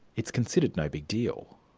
it's considered no big deal.